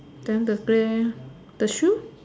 then the pay the shoe